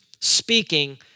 speaking